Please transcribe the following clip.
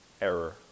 error